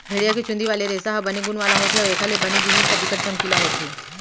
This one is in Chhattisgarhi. भेड़िया के चुंदी वाले रेसा ह बने गुन वाला होथे अउ एखर ले बने जिनिस ह बिकट चमकीला होथे